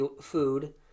food